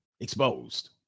exposed